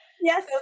yes